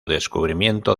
descubrimiento